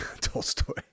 Tolstoy